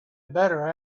better